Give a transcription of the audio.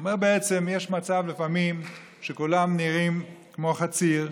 הוא אומר בעצם: יש מצב לפעמים שכולם נראים כמו חציר,